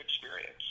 experience